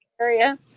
area